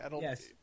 yes